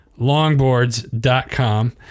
Longboards.com